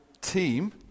team